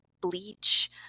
bleach